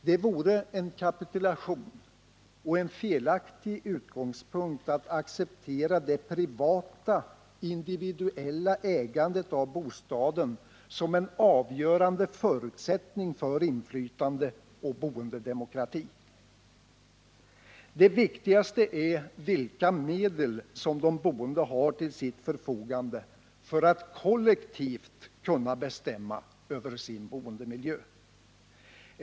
Det vore en kapitulation och en felaktig utgångspunkt att acceptera det privata, individuella ägandet av bostaden som en avgörande förutsättning för inflytande och boendedemokrati. Det viktigaste är vilka medel som de boende har till sitt förfogande för att kollektivt kunna bestämma över sin boendemiljö.